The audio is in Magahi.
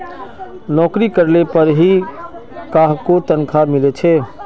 नोकरी करले पर ही काहको तनखा मिले छे